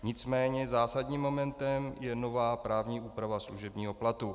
Nicméně zásadním momentem je nová právní úprava služebního platu.